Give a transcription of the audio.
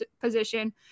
position